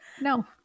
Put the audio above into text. no